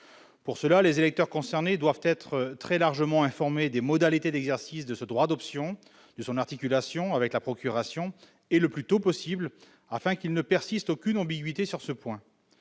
Pour cela, les électeurs concernés doivent être très largement informés des modalités d'exercice de ce droit d'option et de son articulation avec la procuration, et cela le plus tôt possible, afin de dissiper toute ambiguïté. Compte